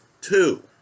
two